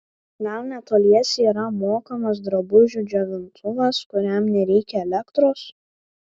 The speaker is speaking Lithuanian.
gal netoliese yra mokamas drabužių džiovintuvas kuriam nereikia elektros